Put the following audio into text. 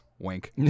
Wink